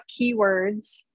keywords